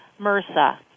MRSA